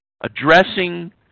Addressing